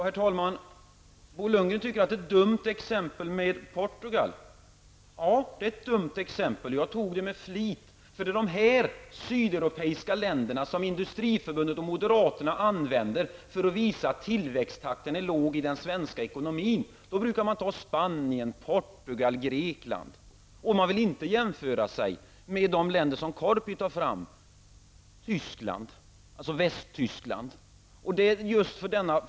Herr talman! Bo Lundgren tycker att Portugal är ett dumt exempel. Ja, det är ett dumt exempel. Jag tog det med flit eftersom det är ett av de sydeuropeiska länder som Industriförbundet och moderaterna använder för att visa att tillväxttakten är låg i den svenska ekonomin. Då brukar man ta länder som Spanien, Portugal och Grekland som exempel. Man vill inte jämföra Sverige med de länder som Walter Korpi nämner, t.ex. Tyskland, dvs. Västtyskland.